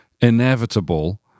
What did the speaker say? inevitable